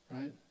Right